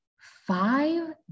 five